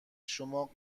شما